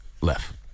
left